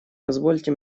позвольте